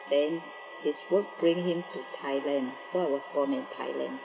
then his work bring him to thailand so I was born in thailand